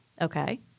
Okay